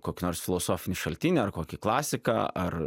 kokį nors filosofinį šaltinį ar kokį klasiką ar